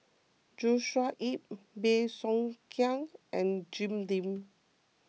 Joshua Ip Bey Soo Khiang and Jim Lim